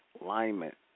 alignment